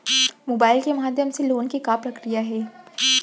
Mobile के माधयम ले लोन के का प्रक्रिया हे?